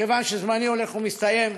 כיוון שזמני הולך ומסתיים,